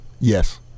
Yes